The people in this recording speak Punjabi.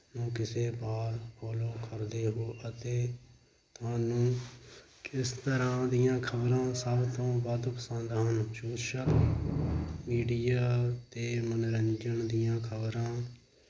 ਕਿਸੇ ਪਾਰ ਕੋਲੋਂ ਕਰਦੇ ਹੋ ਅਤੇ ਤੁਹਾਨੂੰ ਕਿਸ ਤਰ੍ਹਾਂ ਦੀਆਂ ਖਬਰਾਂ ਸਭ ਤੋਂ ਵੱਧ ਪਸੰਦ ਹਨ ਸੋਸ਼ਲ ਮੀਡੀਆ 'ਤੇ ਮਨੋਰੰਜਨ ਦੀਆਂ ਖਬਰਾਂ